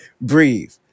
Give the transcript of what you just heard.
breathe